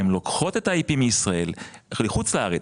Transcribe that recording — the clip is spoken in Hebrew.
הן לוקחות את ה-IP מישראל לחוץ לארץ.